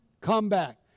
comeback